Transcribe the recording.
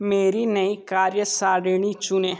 मेरी नई कार्य सारणी चुनें